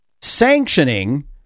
sanctioning